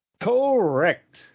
Correct